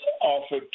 offered